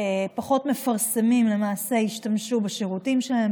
פחות מפרסמים השתמשו בשירותים שלהן,